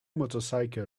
motorcycle